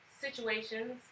situations